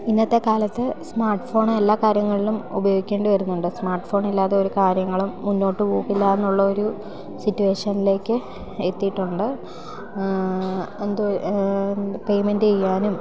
ഇന്നത്തെക്കാലത്ത് സ്മാർട്ട് ഫോണെല്ലാ കാര്യങ്ങളിലും ഉപയോഗിക്കേണ്ടി വരുന്നുണ്ട് സ്മാർട്ട് ഫോണില്ലാതെയൊരു കാര്യങ്ങളും മുന്നോട്ട് പോകില്ലയെന്നുള്ളൊരു സിറ്റുവേഷനിലേക്ക് എത്തിയിട്ടുണ്ട് എൻറ്റെ പേമെൻ്റ് ചെയ്യാനും